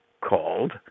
called